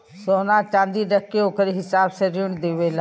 सोना च्नादी रख के ओकरे हिसाब से ऋण देवेला